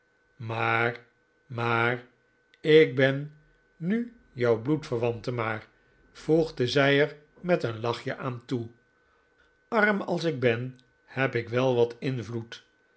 maar maar ik ben nu jouw bloedverwante maar voegde zij er met een lachje aan toe arm als ik ben heb ik wel wat invloed